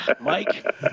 Mike